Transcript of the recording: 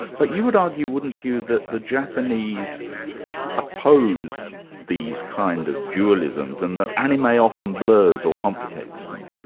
but you would argue, wouldn't you, that the japanese oppose these kind of dualisms and that anime often blurs or complicates them?